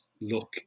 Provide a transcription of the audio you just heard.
look